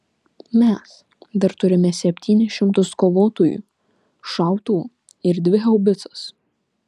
mes dar turime septynis šimtus kovotojų šautuvų ir dvi haubicas